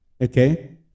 okay